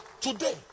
today